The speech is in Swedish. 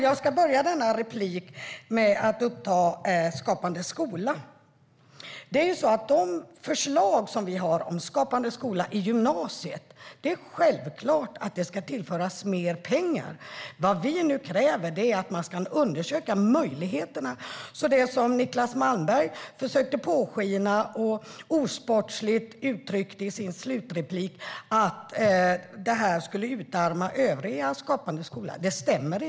Jag ska börja denna replik med att tala om Skapande skola. När det gäller våra förslag om Skapande skola i gymnasiet är det självklart att det ska tillföras mer pengar. Det vi nu kräver är att man ska undersöka möjligheterna. Niclas Malmberg försökte påskina, och uttryckte osportsligt i sin slutreplik, att det här skulle utarma verksamheter inom Skapande skola för grundskolan.